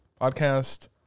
Podcast